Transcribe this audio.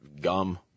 gum